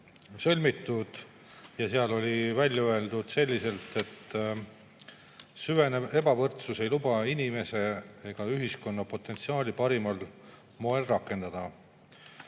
sõlmitud ja seal oli välja öeldud selliselt: "Süvenev ebavõrdsus ei luba inimese ega ühiskonna potentsiaali parimal moel rakendada.